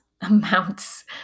amounts